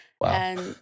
Wow